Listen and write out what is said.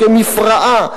כמפרעה,